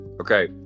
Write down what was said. Okay